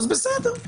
אז בסדר.